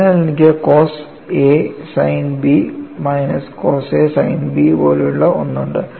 അതിനാൽ എനിക്ക് cos a sine b minus cos a sine b പോലെയുള്ള ഒന്ന് ഉണ്ട്